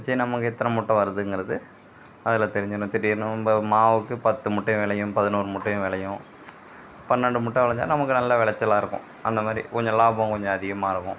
சரி நமக்கு எத்தனை மூட்டை வருதுங்கறது அதில் தெரிஞ்சிடும் திடீர்னு ரொம்ப மாவுக்கு பத்து மூட்டை விளையும் பதினோரு மூட்டையும் விளையும் பன்னண்டு மூட்டை விளஞ்சா நமக்கு நல்ல விளச்சலா இருக்கும் அந்த மாதிரி கொஞ்சம் லாபம் கொஞ்சம் அதிகமாக இருக்கும்